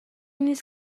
نیست